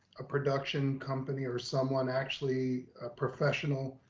a production company or someone actually professional,